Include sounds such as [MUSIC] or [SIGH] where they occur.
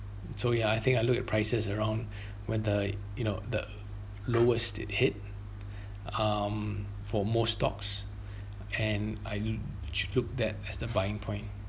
so ya I think I look at prices around [BREATH] when the you know the lowest it hit [BREATH] um for most stocks [BREATH] and I [NOISE] look that as the buying point